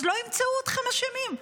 אז לא ימצאו אתכם אשמים.